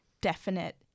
definite